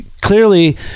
clearly